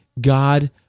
God